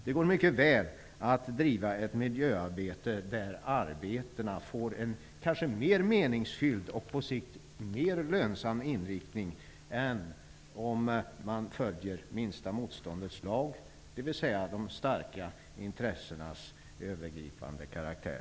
Det går mycket väl att driva ett miljöarbete där arbetena får en kanske mer meningsfylld och på sikt mer lönsam inriktning än om man följer minsta motståndets lag, dvs. de starka intressenas övergripande karaktär.